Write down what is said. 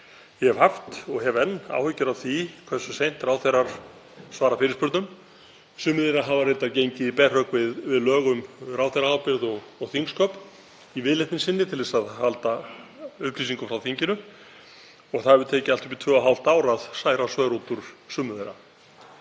ég hef haft og hef enn áhyggjur af því hversu seint ráðherrar svara fyrirspurnum. Sumir þeirra hafa reyndar gengið í berhögg við lög um ráðherraábyrgð og þingsköp í viðleitni sinni að halda upplýsingum frá þinginu og hefur tekið allt upp í tvö og hálft ár að særa svör út úr sumum þeirra.